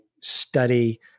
study